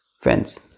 friends